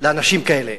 לאנשים כאלה.